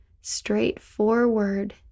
straightforward